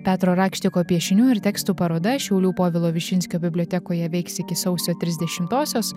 petro rakštiko piešinių ir tekstų paroda šiaulių povilo višinskio bibliotekoje veiks iki sausio trisdešimtosios